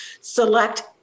Select